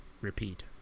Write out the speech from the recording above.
repeat